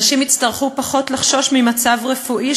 אנשים יצטרכו פחות לחשוש ממצב רפואי,